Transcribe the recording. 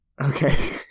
Okay